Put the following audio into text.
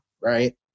right